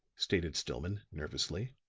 stated stillman, nervously.